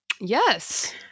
Yes